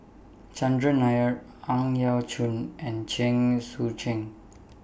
Chandran Nair Ang Yau Choon and Chen Sucheng